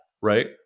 Right